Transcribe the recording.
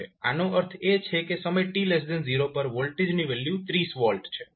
આનો અર્થ એ છે કે સમય t0 પર વોલ્ટેજની વેલ્યુ 30V છે